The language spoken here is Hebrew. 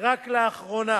ורק לאחרונה